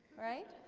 right?